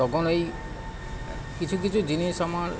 তখন এই কিছু কিছু জিনিস আমার